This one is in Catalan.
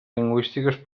lingüístiques